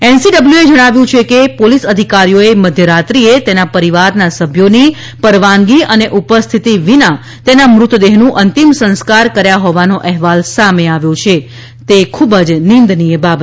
એનસીડબ્લ્યુએ જણાવ્યું કે પોલીસ અધિકારીઓએ મધ્યરાત્રિએ તેના પરિવારના સભ્યોની પરવાનગી અને ઉપસ્થિત વિના તેના મૃતદેહનું અંતિમ સંસ્કાર કર્યા હોવાનો અહેવાલ સામે આવ્યો છે તે ખૂબ જ નીંદનીય બાબત છે